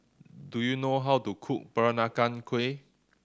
do you know how to cook Peranakan Kueh